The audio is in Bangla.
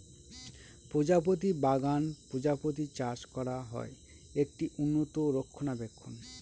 প্রজাপতি বাগান প্রজাপতি চাষ করা হয়, একটি উন্নত রক্ষণাবেক্ষণ